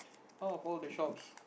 out of all the shops